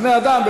בני-אדם.